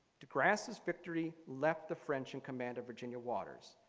de grasse's victory left the french in command of virginia waters.